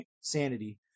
Sanity